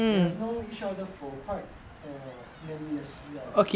you have known each other for quite err many years ya